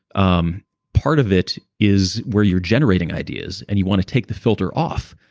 um part of it is where you're generating ideas, and you want to take the filter off.